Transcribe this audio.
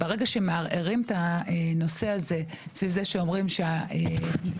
ברגע שמערערים את הנושא הזה סביב זה שאומרים שהמשטרה,